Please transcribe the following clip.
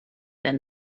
than